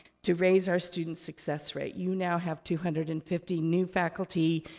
to raise our student success rate. you now have two hundred and fifty new faculty,